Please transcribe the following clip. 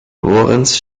lorenz